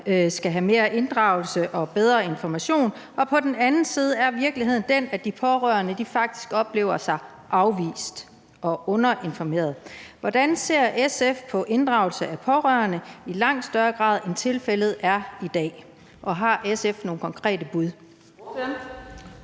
skal have mere inddragelse og bedre information, og på den anden side er virkeligheden den, at de pårørende faktisk oplever sig afvist og underinformeret. Hvordan ser SF på inddragelse af pårørende i langt større grad, end tilfældet er i dag? Og har SF nogen konkrete bud?